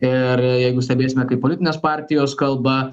ir jeigu stebėsime kaip politinės partijos kalba